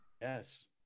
Yes